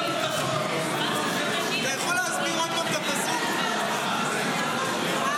מה זה דואגים לביטחון --- אנחנו לא,